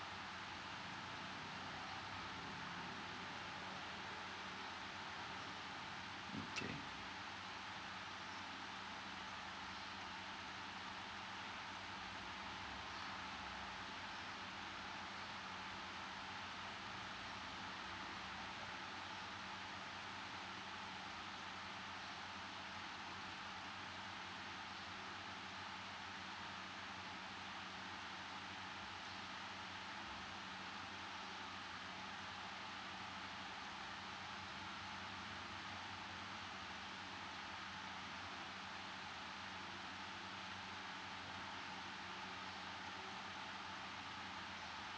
okay